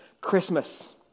Christmas